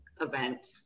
event